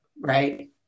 right